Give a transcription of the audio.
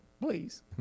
please